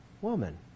Woman